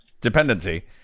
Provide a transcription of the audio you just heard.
dependency